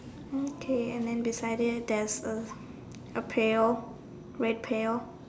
okay and then beside it there's a a pail red pail